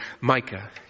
Micah